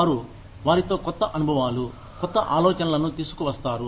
వారు వారితో కొత్త అనుభవాలు కొత్త ఆలోచనలను తీసుకువస్తారు